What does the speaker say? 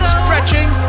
stretching